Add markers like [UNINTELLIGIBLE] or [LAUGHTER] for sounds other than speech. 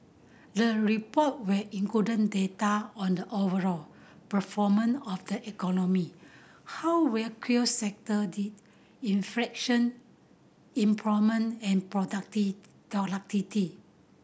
the report will include data on the overall performance [UNINTELLIGIBLE] of the economy how various sector did inflation employment and [UNINTELLIGIBLE]